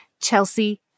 Chelsea